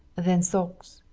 then socks.